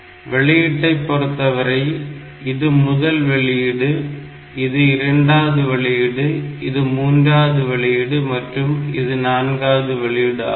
வெளியீட்டை பொறுத்தவரை இது முதல் வெளியீடு இது இரண்டாவது வெளியீடு இது மூன்றாவது வெளியீடு மற்றும் இது நான்காவது வெளியீடு ஆகும்